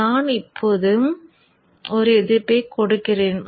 நான் இப்போது ஒரு எதிர்ப்பை கொடுக்கிறேன்